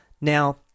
Now